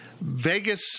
Vegas